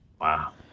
Wow